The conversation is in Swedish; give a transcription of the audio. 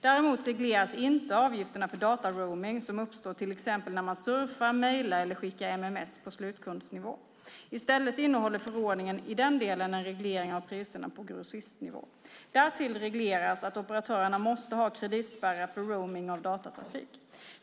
Däremot regleras inte avgifterna för dataroaming som uppstår till exempel när man surfar, mejlar eller skickar mms på slutkundsnivå. I stället innehåller förordningen i den delen en reglering av priserna på grossistnivå. Därtill regleras att operatörerna måste ha kreditspärrar för roaming av datatrafik.